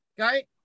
Okay